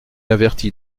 avertit